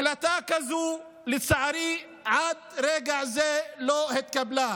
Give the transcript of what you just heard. לצערי, החלטה כזאת עד רגע זה לא התקבלה,